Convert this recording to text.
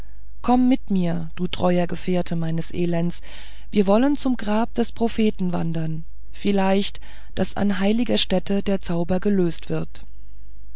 komm mit mir du treuer gefährte meines elends wir wollen zum grab des propheten wandern vielleicht daß an heiliger stätte der zauber gelöst wird